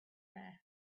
wear